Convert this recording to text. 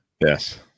Yes